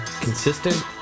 consistent